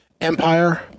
Empire